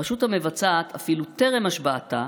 הרשות המבצעת, אפילו טרם השבעתה,